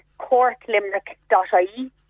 courtlimerick.ie